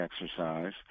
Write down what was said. exercise